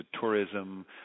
tourism